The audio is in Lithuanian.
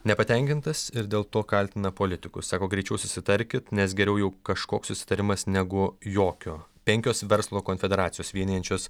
nepatenkintas ir dėl to kaltina politikus sako greičiau susitarkit nes geriau jau kažkoks susitarimas negu jokio penkios verslo konfederacijos vienijančios